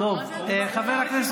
חבר הכנסת